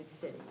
City